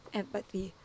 empathy